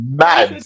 mad